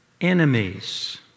Enemies